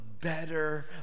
better